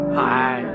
hi